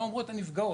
מה אומרות הנפגעות?